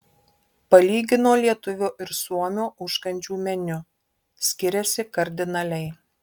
palygino lietuvio ir suomio užkandžių meniu skiriasi kardinaliai